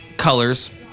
colors